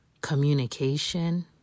communication